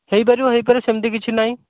ହେଇପାରିବ ହେଇପାରିବ ସେମିତି କିଛି ନାହିଁ